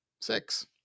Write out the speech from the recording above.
Six